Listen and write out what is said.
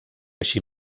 així